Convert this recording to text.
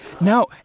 No